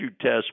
test